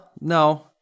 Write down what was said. no